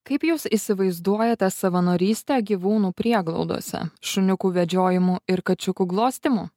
kaip jūs įsivaizduojate savanorystę gyvūnų prieglaudose šuniukų vedžiojimu ir kačiukų glostymu